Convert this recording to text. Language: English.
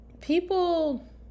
People